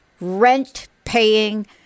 rent-paying